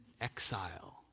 exile